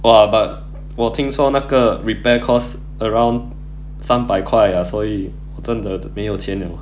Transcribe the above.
!wah! but 我听说那个 repair cost around 三百块 ah 所以真的没有钱 liao